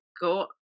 go